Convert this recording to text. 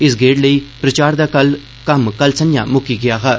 इस गेड़ लेई प्रचार दा कम्म कल सक्झा मुक्की गेआ हा